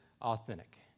authentic